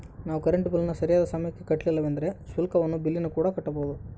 ನಾವು ಕರೆಂಟ್ ಬಿಲ್ಲನ್ನು ಸರಿಯಾದ ಸಮಯಕ್ಕೆ ಕಟ್ಟಲಿಲ್ಲವೆಂದರೆ ಶುಲ್ಕವನ್ನು ಬಿಲ್ಲಿನಕೂಡ ಕಟ್ಟಬೇಕು